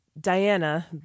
Diana